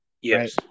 Yes